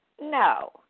No